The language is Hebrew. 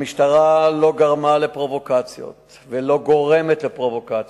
המשטרה לא גרמה לפרובוקציות ולא גורמת לפרובוקציות,